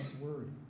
word